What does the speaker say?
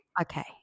Okay